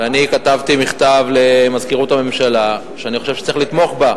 ואני כתבתי מכתב למזכירות הממשלה שאני חושב שצריך לתמוך בה,